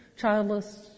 childless